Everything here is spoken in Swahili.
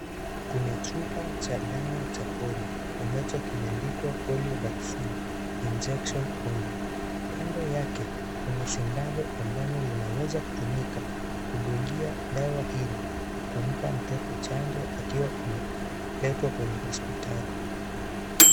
Kuna chupa cha dawa cha Polio ambacho kimeandikwa polio vaccine injection only kando yake kuna sindano ambalo linaweza kutumika kudungia dawa ili, kumpa mtoto janjo akiwa ameletwa kwenye hospitali.